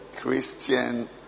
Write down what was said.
Christian